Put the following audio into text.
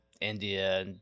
India